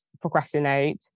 procrastinate